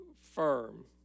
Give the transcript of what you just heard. firm